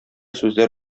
сүзләр